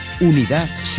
Unidad